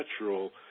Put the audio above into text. natural